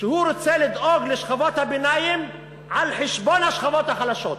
שהוא רוצה לדאוג לשכבות הביניים על חשבון השכבות החלשות.